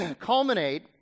culminate